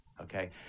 okay